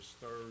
third